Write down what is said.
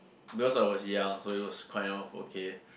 because I was young so it was quite of okay